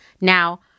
Now